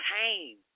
pain